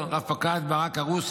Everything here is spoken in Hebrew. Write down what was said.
רב-פקד ברק ערוסי,